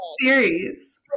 series